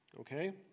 okay